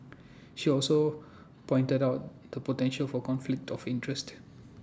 she also pointed out the potential for conflict of interest